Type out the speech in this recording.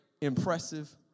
impressive